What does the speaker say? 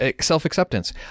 self-acceptance